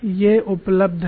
ये उपलब्ध हैं